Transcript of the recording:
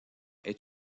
est